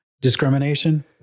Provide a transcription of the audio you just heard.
discrimination